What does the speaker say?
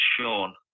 Sean